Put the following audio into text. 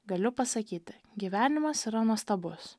galiu pasakyti gyvenimas yra nuostabus